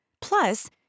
Plus